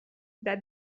that